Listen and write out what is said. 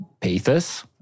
pathos